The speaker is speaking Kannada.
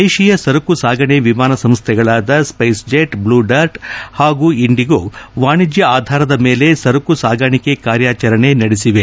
ದೇಶೀಯ ಸರಕು ಸಾಗಾಣಿಕೆ ವಿಮಾನ ಸಂಸ್ಥೆಗಳಾದ ಸ್ವೈಸ್ ಜೆಟ್ ಬ್ಲೂ ಡರ್ಟ್ ಹಾಗೂ ಇಂಡಿಗೋ ವಾಣಿಜ್ವ ಆಧಾರದ ಮೇಲೆ ಸರಕು ಸಾಗಾಣಿಕೆ ಕಾರ್ಯಾಚರಣೆ ನಡೆಸಿದೆ